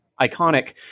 iconic